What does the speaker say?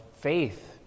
faith